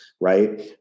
Right